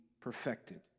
perfected